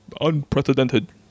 unprecedented